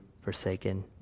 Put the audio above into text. forsaken